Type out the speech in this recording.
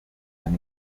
and